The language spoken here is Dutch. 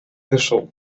brussel